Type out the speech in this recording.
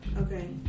Okay